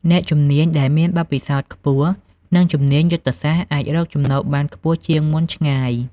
អ្នកជំនាញដែលមានបទពិសោធន៍ខ្ពស់ និងជំនាញយុទ្ធសាស្ត្រអាចរកចំណូលបានខ្ពស់ជាងមុនឆ្ងាយ។